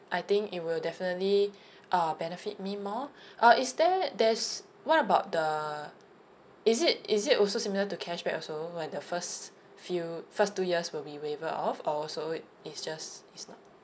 I think it will definitely err benefit me more uh is there there's what about the is it is it also similar to cashback also where the first few first two years will be waiver off or so it's just it's not